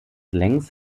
längs